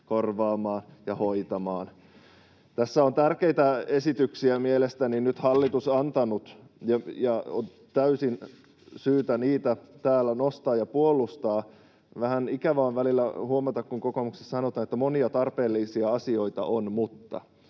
korvaamaan ja hoitamaan. Tässä on tärkeitä esityksiä mielestäni nyt hallitus antanut, ja on täysin syytä niitä täällä nostaa ja puolustaa. Vähän ikävä on välillä huomata, kun kokoomuksessa sanotaan, että ”monia tarpeellisia asioita on, mutta”.